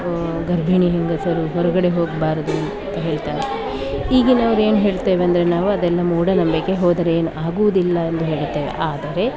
ಗರ್ಭಿಣಿ ಹೆಂಗಸರು ಹೊರಗಡೆ ಹೋಗಬಾರ್ದು ಅಂತ ಹೇಳ್ತಾರೆ ಈಗಿನವರು ಏನು ಹೇಳ್ತೇವೆ ಅಂದರೆ ನಾವು ಅದೆಲ್ಲ ಮೂಢನಂಬಿಕೆ ಹೋದರೆ ಏನೂ ಆಗುವುದಿಲ್ಲ ಎಂದು ಹೇಳುತ್ತೇವೆ ಆದರೆ